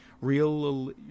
Real